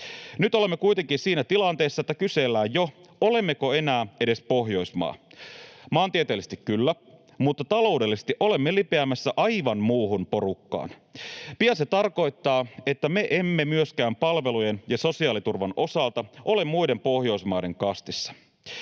Nyt olemme kuitenkin siinä tilanteessa, että kysellään jo, olemmeko enää edes Pohjoismaa. Maantieteellisesti kyllä, mutta taloudellisesti olemme lipeämässä aivan muuhun porukkaan. Pian se tarkoittaa, että me emme myöskään palvelujen ja sosiaaliturvan osalta ole muiden Pohjoismaiden kastissa.